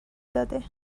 داده